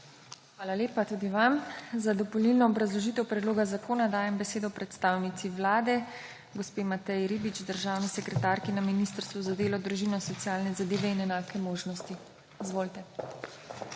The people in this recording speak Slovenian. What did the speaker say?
Hvala lepa tudi vam. Za dopolnilno obrazložitev predloga zakona dajem besedo predstavnici Vlade gospe Mateji Ribič, državni sekretarki na Ministrstvu za delo, družino, socialne zadeve in enake možnosti. Izvolite.